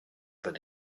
but